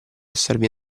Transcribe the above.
esservi